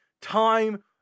time